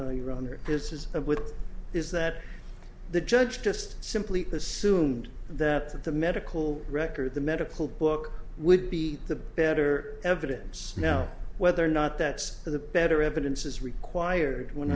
case this is of with is that the judge just simply assumed that the medical records the medical book would be the better evidence now whether or not that's the better evidence is required when